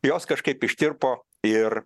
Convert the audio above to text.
jos kažkaip ištirpo ir